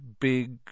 big